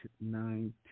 nine